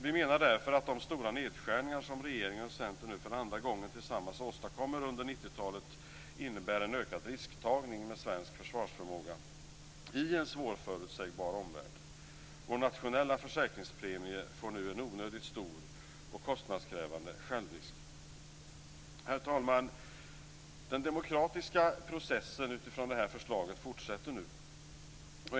Vi menar därför att de stora nedskärningar som regeringen och Centern nu för andra gången tillsammans åstadkommer under 1990-talet innebär en ökad risktagning med svensk försvarsförmåga i en svårförutsägbar omvärld. Vår nationella försäkringspremie får nu en onödigt stor och kostnadskrävande självrisk. Herr talman! Den demokratiska processen utifrån det här förslaget fortsätter nu.